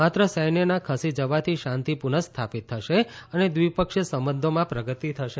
માત્ર સૈન્યના ખસી જવાથી શાંતિ પુનઃ સ્થાપિત થશે અને દ્વિપક્ષીય સંબંધોમા પ્રગતિ થશે